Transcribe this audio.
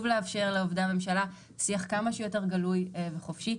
לאפשר לעובדי הממשלה שיח כמה שיותר גלוי וחופשי.